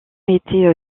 été